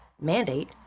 mandate